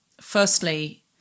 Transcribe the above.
firstly